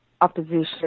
opposition